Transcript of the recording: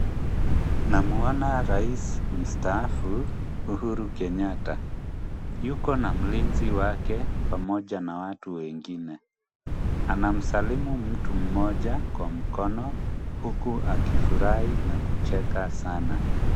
Namuona rais mstaafu Uhuru Kenyatta yuko na mlinzi wake pamoja na watu wengine. Anamsalimu mtu mmoja kwa mkono huku akifurahi na kucheka sana.